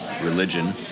religion